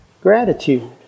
gratitude